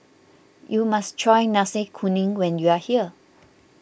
you must try Nasi Kuning when you are here